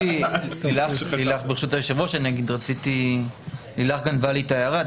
ברשות היושב ראש, לילך גנבה לי את ההערה.